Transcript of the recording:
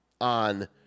on